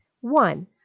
One